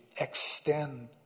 extend